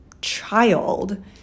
child